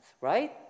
right